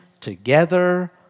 together